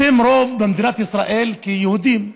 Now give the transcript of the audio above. אתם רוב במדינת ישראל כיהודים,